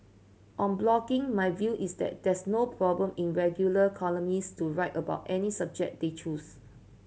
on blogging my view is that there's no problem in regular columnists to write about any subject they choose